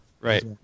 Right